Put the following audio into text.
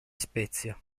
spezia